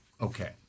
Okay